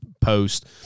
post